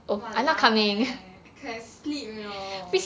!walao! eh I could have sleep you know